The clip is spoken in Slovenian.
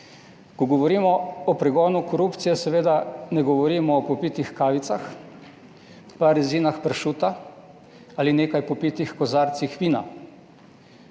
Ko govorimo o pregonu korupcije, seveda ne govorimo o popitih kavicah pa rezinah pršuta ali nekaj popitih kozarcih vina,